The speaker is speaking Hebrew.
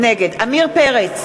נגד עמיר פרץ,